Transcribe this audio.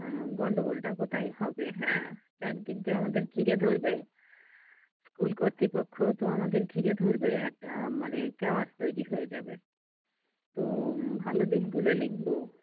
হ্যাঁ গণ্ডগোলটা কোথায় হবে হ্যাঁ চারিদিক দিয়ে আমাদের ঘিরে ধরবে স্কুল কর্তৃপক্ষ তো আমাদের ঘিরে ধরবে একটা মানে ক্যাওয়াস তৈরি হয়ে যাবে তো ভালো দিকগুলো লিখবো